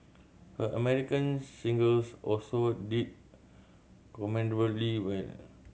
her American singles also did commendably well